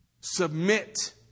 Submit